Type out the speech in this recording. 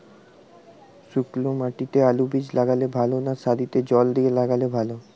শুক্নো মাটিতে আলুবীজ লাগালে ভালো না সারিতে জল দিয়ে লাগালে ভালো?